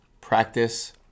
practice